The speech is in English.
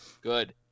good